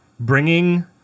Bringing